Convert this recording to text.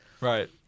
Right